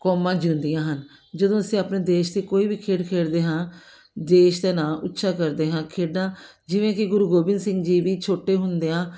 ਕੌਮਾਂ ਜਿਉਂਦੀਆਂ ਹਨ ਜਦੋਂ ਅਸੀਂ ਆਪਣੇ ਦੇਸ਼ ਦੀ ਕੋਈ ਵੀ ਖੇਡ ਖੇਡਦੇ ਹਾਂ ਦੇਸ਼ ਦਾ ਨਾਂ ਉੱਚਾ ਕਰਦੇ ਹਾਂ ਖੇਡਾਂ ਜਿਵੇਂ ਕਿ ਗੁਰੂ ਗੋਬਿੰਦ ਸਿੰਘ ਜੀ ਵੀ ਛੋਟੇ ਹੁੰਦਿਆਂ